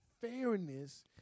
fairness